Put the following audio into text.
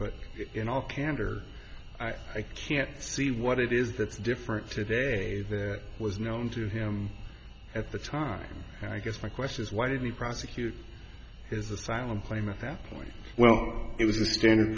but in all candor i can't see what it is that's different today that was known to him at the time i guess my question is why did we prosecute his asylum claim at that point well it was a standard